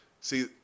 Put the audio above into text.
see